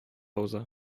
уза